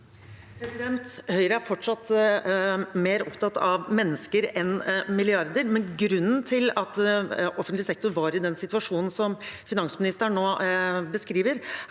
Høyre er fort- satt mer opptatt av mennesker enn milliarder. Grunnen til at offentlig sektor var i den situasjonen finansministeren nå beskriver,